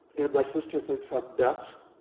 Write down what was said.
and my sister thinks i'm nuts